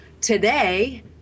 today